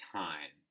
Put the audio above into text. time